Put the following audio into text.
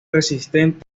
resistente